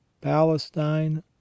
PALESTINE